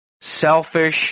selfish